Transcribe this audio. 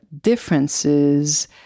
differences